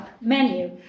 menu